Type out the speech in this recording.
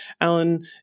Alan